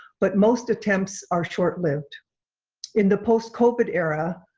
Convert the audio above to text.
but most attempts are short-lived in the post covid era